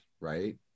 right